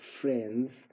friends